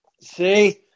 See